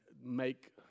make